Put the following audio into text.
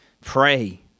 pray